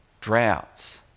droughts